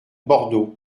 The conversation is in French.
bordeaux